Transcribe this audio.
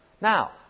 Now